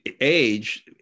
age